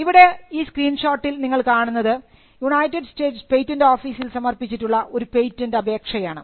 ഇവിടെ ഈ സ്ക്രീൻ ഷോട്ടിൽ നിങ്ങൾ കാണുന്നത് യുണൈറ്റഡ് സ്റ്റേറ്റ് പേറ്റന്റ് ഓഫീസിൽ സമർപ്പിച്ചിട്ടുള്ള ഒരു പേറ്റന്റ് അപേക്ഷയാണ്